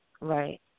Right